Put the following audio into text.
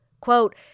quote